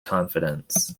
confidence